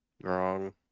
Wrong